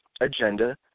agenda